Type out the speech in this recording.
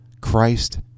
Christ